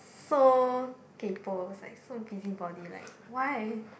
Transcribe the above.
so kaypoh like so busybody like why